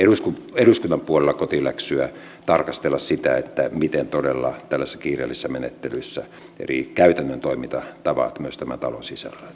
eduskunnan puolella kotiläksyä tarkastella miten todella tällaisissa kiireellisissä menettelyissä eri käytännön toimintatavat myös tämän talon sisällä